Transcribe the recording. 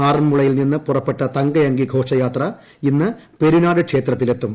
ആറന്മുളയിൽ നിന്ന് പുറപ്പെട്ട തങ്ക അങ്കി ഘോഷയാത്ര ഇന്ന് പെരുനാട് ക്ഷേത്രത്തിലെത്തും